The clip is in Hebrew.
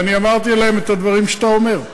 ואני אמרתי להם את הדברים שאתה אומר: